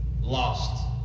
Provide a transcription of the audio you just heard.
Lost